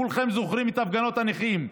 כולכם זוכרים את הפגנות הנכים.